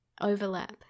overlap